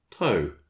Toe